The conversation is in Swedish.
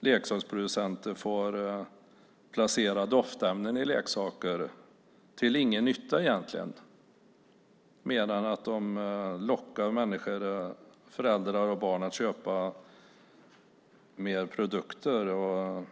leksaksproducenter får använda doftämnen i leksaker är egentligen till ingen nytta mer än att det lockar föräldrar och barn att köpa mer produkter.